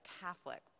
Catholic